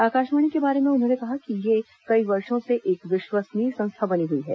आकाशवाणी के बारे में उन्होंने कहा कि ये कई वर्षो से एक विश्वसनीय संस्था बनी हुई है